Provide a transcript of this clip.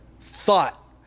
thought